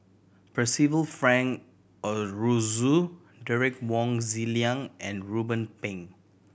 Percival Frank Aroozoo Derek Wong Zi Liang and Ruben Pang